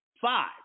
Five